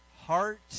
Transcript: heart